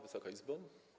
Wysoka Izbo!